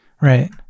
Right